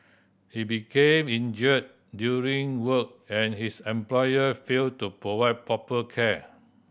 he became injured during work and his employer failed to provide proper care